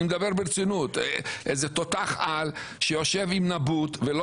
אני מדבר ברצינות איזה תותח על שיושב עם נבוט ולא